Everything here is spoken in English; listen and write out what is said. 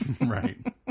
Right